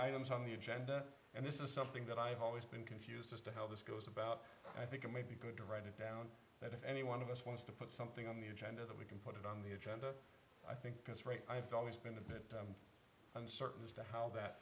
items on the agenda and this is something that i've always been confused as to how this goes about i think it may be good to write it down that if any one of us wants to put something on the agenda that we can put it on the agenda i think that's right i've always been a bit uncertain as to how that